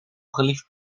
geliefd